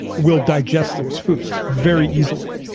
will digest those foods very easily.